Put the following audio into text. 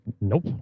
Nope